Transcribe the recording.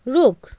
रुख